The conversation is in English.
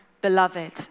beloved